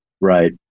Right